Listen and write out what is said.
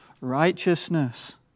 righteousness